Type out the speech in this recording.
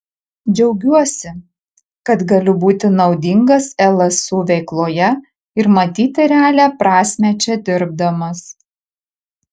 džiaugiuosi kad galiu būti naudingas lsu veikloje ir matyti realią prasmę čia dirbdamas